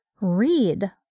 read